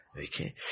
Okay